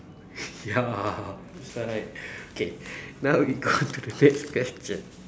ya that's why okay now we go to the next question